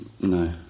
no